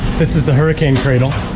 this is the hurricane cradle,